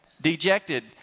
dejected